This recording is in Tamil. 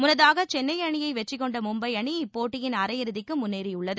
முன்னதாக சென்னை அணியை வெற்றி கொண்ட மும்பை அணி இப்போட்டியின் அரையிறுதிக்கு முன்னேறியுள்ளது